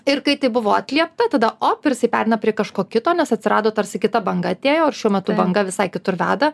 ir kai tai buvo atliepta tada op ir jisai pereina prie kažko kito nes atsirado tarsi kita banga atėjo ir šiuo metu banga visai kitur veda